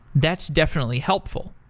that's definitely helpful.